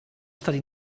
stati